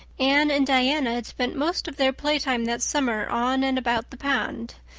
anne and diana had spent most of their playtime that summer on and about the pond.